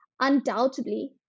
undoubtedly